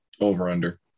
over-under